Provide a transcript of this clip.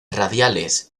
radiales